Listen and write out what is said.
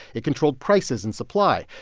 it controlled prices and supply.